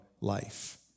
life